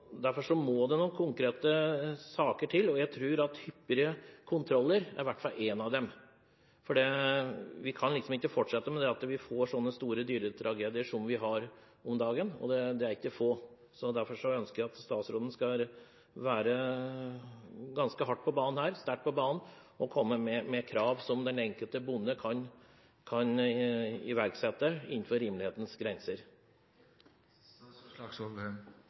må det noen konkrete saker til, og jeg tror at hyppigere kontroller i hvert fall er én av dem. Vi kan ikke fortsette med så store dyretragedier som de vi har om dagen, og det er ikke få. Derfor ønsker jeg at statsråden må være sterkt på banen her og komme med krav som den enkelte bonde kan iverksette – innenfor rimelighetens grenser.